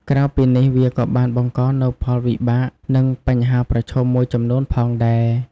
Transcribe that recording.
ក្រៅពីនេះវាក៏បានបង្កនូវផលវិបាក និងបញ្ហាប្រឈមមួយចំនួនផងដែរ។